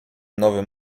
nowym